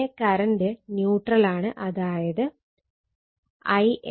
ഇതിലെ കറണ്ട് ന്യൂട്രലാണ് അതായത് In